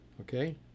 okay